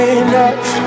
enough